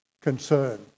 concern